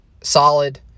solid